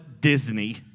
Disney